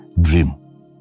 dream